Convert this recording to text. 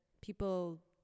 people